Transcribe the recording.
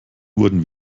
wurden